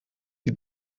die